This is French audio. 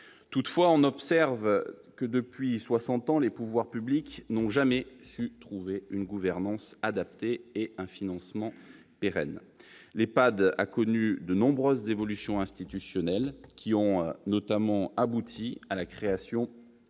Toutefois, on observe que, depuis soixante ans, les pouvoirs publics n'ont jamais su trouver une gouvernance adaptée et un financement pérenne. L'EPAD a connu de nombreuses évolutions institutionnelles, qui ont notamment abouti à la création